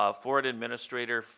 ah for an administrator,